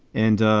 and